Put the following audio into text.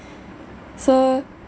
so